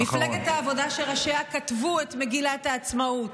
מפלגת העבודה, שראשיה כתבו את מגילת העצמאות,